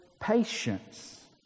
patience